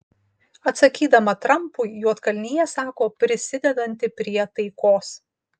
atsakydama trampui juodkalnija sako prisidedanti prie taikos